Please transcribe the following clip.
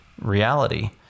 reality